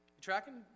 Tracking